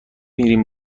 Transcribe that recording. میریم